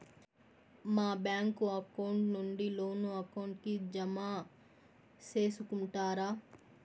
మా bank account నుండి loan account కి జామ సేసుకుంటారా?